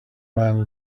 man